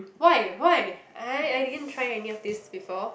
why why I I didn't try any of this before